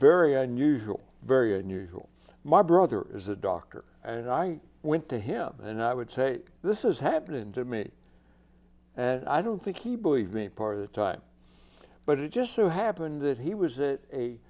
very unusual very unusual my brother is a doctor and i went to him and i would say this is happening to me and i don't think he believed me part of the time but it just so happened that he was